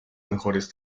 mejores